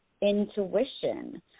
intuition